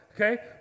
Okay